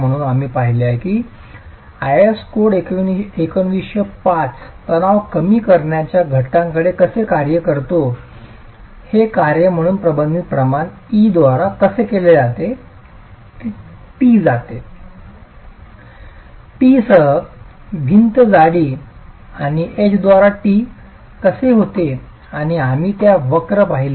म्हणून आम्ही पाहिले आहे की IS कोड 1905 तणाव कमी करण्याच्या घटकाकडे कसे कार्य करतो हे कार्य म्हणून प्रतिबिंबित प्रमाण e द्वारा कसे केले t जाते t सह भिंत जाडी आणि h द्वारा t होते आणि आम्ही त्या वक्र पाहिले